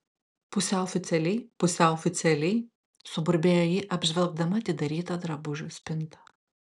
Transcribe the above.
pusiau oficialiai pusiau oficialiai suburbėjo ji apžvelgdama atidarytą drabužių spintą